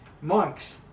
Monks